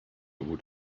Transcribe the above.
were